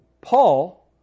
Paul